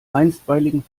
einstweiligen